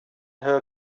her